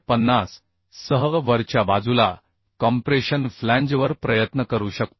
250 सह वरच्या बाजूला कॉम्प्रेशन फ्लॅंजवर प्रयत्न करू शकतो